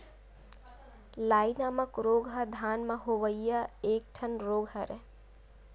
लाई नामक रोग ह धान म होवइया एक ठन रोग हरय